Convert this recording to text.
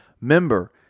member